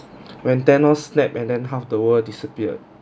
when thanos snap and then half the world disappeared